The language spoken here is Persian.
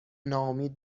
ناامید